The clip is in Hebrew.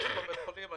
יש פה בית חולים,